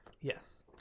Yes